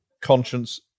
conscience